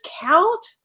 count